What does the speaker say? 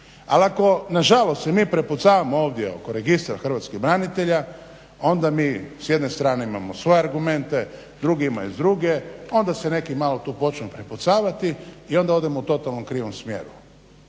Al ako nažalost ako se mi prepucavamo ovdje oko Registra hrvatskih branitelja onda mi s jedne strane imamo svoje argumente drugi imaju druge onda se neki malo tu počnu prepucavati i onda odemo u totalno krivome smjeru.